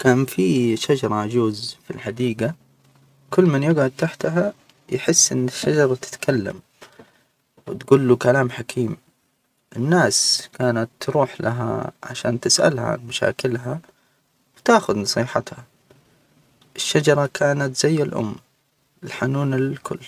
كان في شجرة عجوز في الحديجة، كل من يجعد تحتها يحس إن الشجرة تتكلم، وتجوله كلام حكيم، الناس كانت تروح لها عشان تسألها عن مشاكلها وتاخد نصيحتها، الشجرة كانت زي الأم الحنونة للكل.